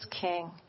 King